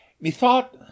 Methought